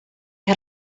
had